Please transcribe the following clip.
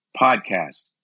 podcast